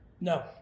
No